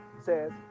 says